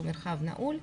שהוא מרחב נעול,